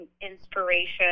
inspiration